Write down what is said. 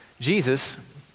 Jesus